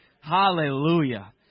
Hallelujah